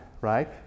right